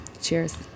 cheers